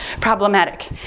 problematic